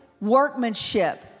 workmanship